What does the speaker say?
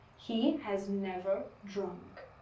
he has never drunk